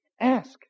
Ask